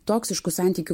toksiškų santykių